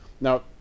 Now